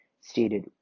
stated